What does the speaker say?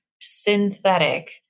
synthetic